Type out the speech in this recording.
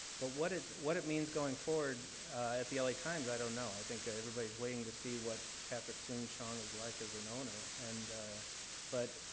but what it what it means going forward at the la times, i don't know. i think everybody's waiting to see what patrick soon-shiong is like as an owner. and but